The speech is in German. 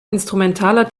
instrumentaler